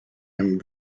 and